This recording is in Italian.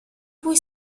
cui